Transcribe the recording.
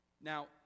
Now